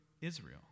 Israel